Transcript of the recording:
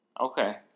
Okay